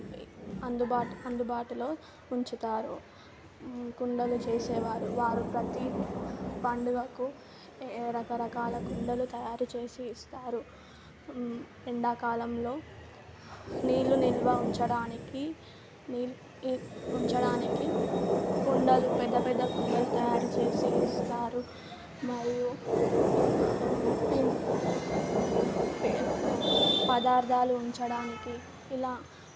అందుబాటు అందుబాటులో ఉంచుతారు కుండలు చేసే వారు వారు ప్రతీ పండగకు రకరకాల కుండలు తయారుచేసి ఇస్తారు ఎండాకాలంలో నీళ్ళు నిల్వ ఉంచడానికి నీళ్ళు ఉంచడానికి కుండలు పెద్ద పెద్ద కుండలు తయారు చేసి ఇస్తారు మరియు ఇన్ని పదార్థాలు ఉంచడానికి ఇలా